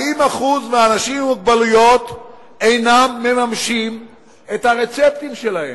40% מהאנשים עם מוגבלות אינם מממשים את הרצפטים שלהם.